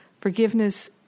forgiveness